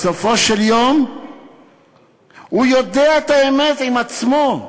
בסופו של יום הוא יודע את האמת עם עצמו.